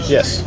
Yes